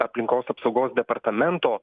aplinkos apsaugos departamento